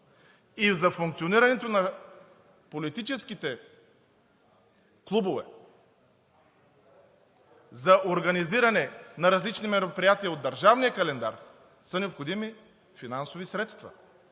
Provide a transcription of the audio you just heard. и за функционирането на политическите клубове, за организиране на различни мероприятия от държавния календар са необходими финансови средства.